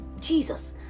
Jesus